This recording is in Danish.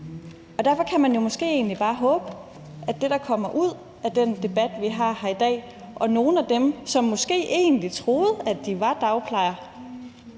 Derfor kan man jo måske egentlig bare håbe, at det, der kommer ud af den debat, vi har her i dag, er, at nogle af dem, som måske egentlig troede, at de var dagplejere,